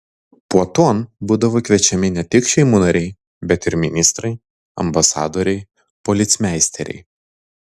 puoton būdavo kviečiami ne tik šeimų nariai bet ir ministrai ambasadoriai policmeisteriai